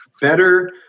better